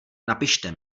napište